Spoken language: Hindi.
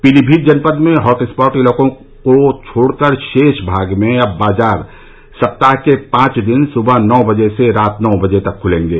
पीलीभीत जनपद में हॉटस्पॉट इलाकों को छोड़कर शेष भाग में अब बाजार सप्ताह के पांच दिन सोमवार से शुक्रवार को सुबह नौ बजे से रात नौ बजे तक खुलेंगे